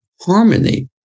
harmony